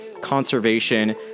conservation